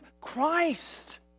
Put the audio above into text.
Christ